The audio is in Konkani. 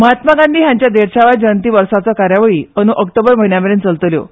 महात्मा गांधी हांणी देडशाव्या जयंती वर्साच्यो कार्यावळी अंदूं ऑक्टोबर म्हयन्या मेरेन चलतल्यो